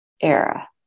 era